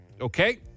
Okay